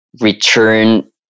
return